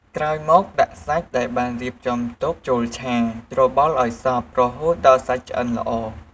ក្រោយមកដាក់សាច់ដែលបានរៀបចំទុកចូលឆា ច្របល់ឱ្យសព្វ រហូតដល់សាច់ឆ្អិនល្អ។